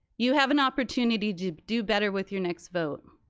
you have an opportunity to do better with your next vote.